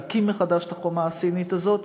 להקים מחדש את החומה הסינית הזאת,